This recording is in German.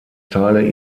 teile